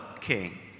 king